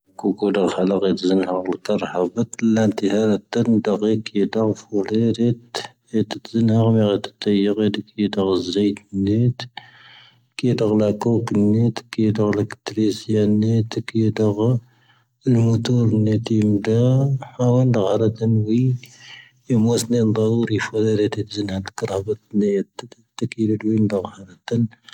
ⴽⵡⴽⵡ ⴷⵅⵍ ⵇⴷ ⵣⵏⵀⴰ ⵡⵟⵔⵃⵜ ⴱⵟⵍⴰⵏⵜⵀⴰ ⵍⵜⵏⴷⵖⴰ ⴽⵢⴷⴰ ⴼⵡⵍⴰⵔⵜ ⴰⵜⵜⵣⵏⵀⴰ ⵡⵎⵄ ⴰⵍⵜⵢⵖⴰⵜ ⴽⵢⴷⴰ ⵣⵢⵟ ⵏⴰⵜ. ⴽⵢⴷⴰ ⵇⵍⵇⵡⴽ ⵏⴰⵜ ⴽⵢⴷⴰ ⵍⴽⵜⵔⵢⵙⵢⴰ ⵏⴰⵜ ⴽⵢⴷⴰ ⵖⴰ ⴰⵍⵎⵜⵡⵔ ⵏⴰⵜⵢ ⵎⴷⴰ ⵃⴰⵡⵍ ⴷⵄⴰⵔⵜ ⵏⵡⴰ ⵢⵎⵡⵙⵎⵢ ⴹⴷⵡⵔⵢ ⴼⵡⵍⴰⵔⵜ ⴰⵜⵣⵏⵀⴰ ⵍⵜⵏⴷⵖⴰ ⴱⵟⵍⴰⵏⵜⵀⴰ ⵍⵜⴷⵡⵢⵏ ⴷⵄⴰⵔⵜ ⵏⵜⵏⵇⴰ.